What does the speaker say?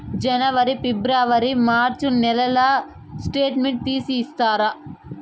జనవరి, ఫిబ్రవరి, మార్చ్ నెలల స్టేట్మెంట్ తీసి ఇస్తారా?